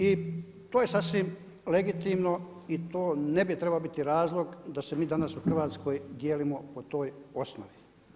I to je sasvim legitimno i to ne bi trebalo biti razlog da se mi danas u Hrvatskoj dijelom po toj osnovi.